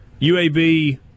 UAB